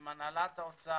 עם הנהלת האוצר,